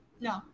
No